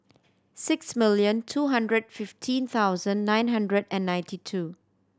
six million two hundred fifteen thousand nine hundred and ninety two